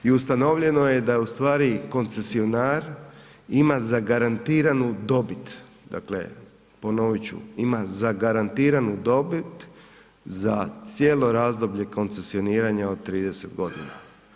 I ustanovljeno da je u stvari koncesionar ima zagarantiranu dobit, dakle ponovit ću ima zagarantiranu dobiti za cijelo razdoblje koncesioniranja od 30 godina.